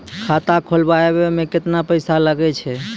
खाता खोलबाबय मे केतना पैसा लगे छै?